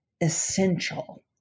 essential